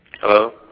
Hello